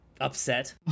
upset